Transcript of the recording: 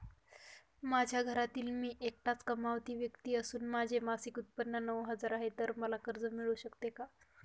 माझ्या घरातील मी एकटाच कमावती व्यक्ती असून माझे मासिक उत्त्पन्न नऊ हजार आहे, तर मला कर्ज मिळू शकते का?